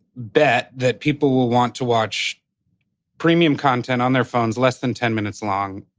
bet that people will want to watch premium content on their phones, less than ten minutes long.